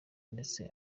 ndetse